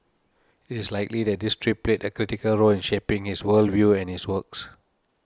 it is likely that this trip played a critical role in shaping his world view and his works